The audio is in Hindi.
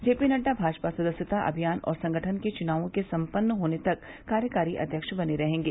जेपी नड्डा भाजपा सदस्यता अभियान और संगठन के चुनावों के संपन्न होने तक कार्यकारी अध्यक्ष बने रहेंगे